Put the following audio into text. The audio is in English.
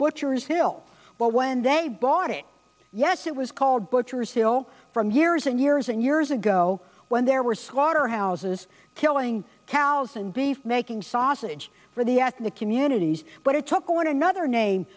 butchers hill but when they bought it yes it was called butchers hill from years and years and years ago when there were slaughter houses killing cows and beef making sausage for the ethnic communities but it took on another name